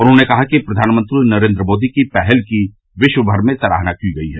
उन्होंने कहा कि प्रधानमंत्री नरेन्द्र मोदी की पहल की विश्ववर में सराहना की गई है